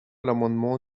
l’amendement